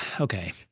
okay